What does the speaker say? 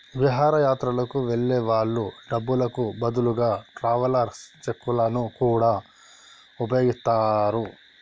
విహారయాత్రలకు వెళ్ళే వాళ్ళు డబ్బులకు బదులుగా ట్రావెలర్స్ చెక్కులను గూడా వుపయోగిత్తరు